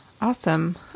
awesome